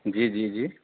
جی جی جی